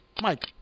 Mike